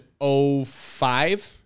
05